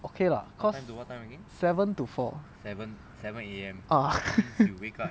okay lah because seven to four ah